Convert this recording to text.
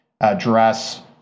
address